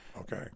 Okay